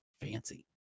Fancy